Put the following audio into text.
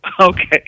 okay